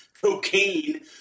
cocaine